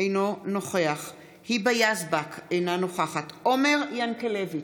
אינו נוכח היבה יזבק, אינה נוכחת עומר ינקלביץ'